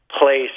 place